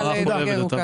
תודה.